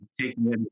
taking